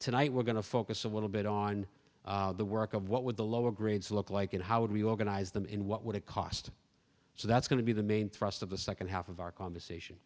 tonight we're going to focus a little bit on the work of what would the lower grades look like and how would we organize them in what would it cost so that's going to be the main thrust of the second half of our conversation